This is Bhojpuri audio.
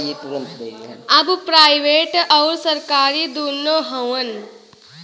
अब प्राइवेट अउर सरकारी दुन्नो हउवन